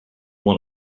want